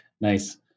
Nice